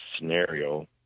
scenario